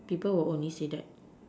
people will only say that